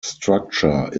structure